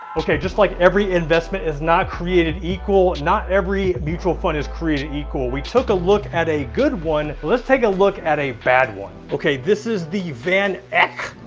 okay just like every investment is not created equal, not every mutual fund is created equal. we took a look at a good one, let's take a look at a bad one. okay this is the vaneck, eck!